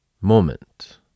moment